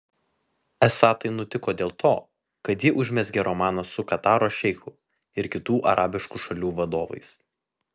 esą tai nutiko dėl to kad ji užmezgė romaną su kataro šeichu ir kitų arabiškų šalių vadovais